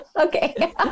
Okay